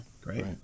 great